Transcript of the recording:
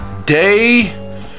day